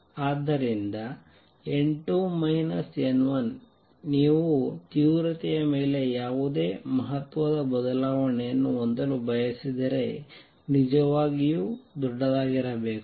ಆದ್ದರಿಂದ ನೀವು ತೀವ್ರತೆಯ ಮೇಲೆ ಯಾವುದೇ ಮಹತ್ವದ ಬದಲಾವಣೆಯನ್ನು ಹೊಂದಲು ಬಯಸಿದರೆ ನಿಜವಾಗಿಯೂ ದೊಡ್ಡದಾಗಿರಬೇಕು